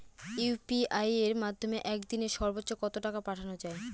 UPI এর মাধ্যমে এক দিনে সর্বচ্চ কত টাকা পাঠানো যায়?